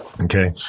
Okay